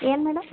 ಏನು ಮೇಡಮ್